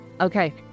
Okay